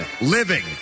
living